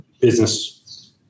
business